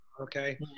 okay